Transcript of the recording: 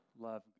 love